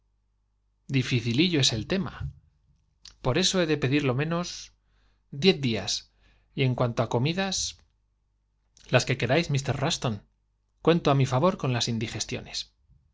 difícilillo es el tema por eso he de pedir lo menos diez días y en cuanto á comidas las que queráis mr rus ston cuento á mi favor con las indigestiones